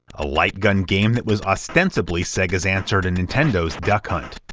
a light gun game that was ostensibly sega's answer to nintendo's duck hunt.